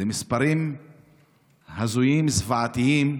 אלה מספרים הזויים, זוועתיים,